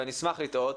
אני אשמח לטעות,